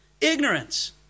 Ignorance